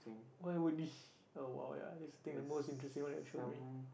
why would we oh !wow! ya think this is the most interesting one that you've shown me